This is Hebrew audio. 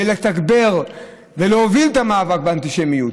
ולתגבר ולהוביל את המאבק באנטישמיות,